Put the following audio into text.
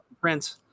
prince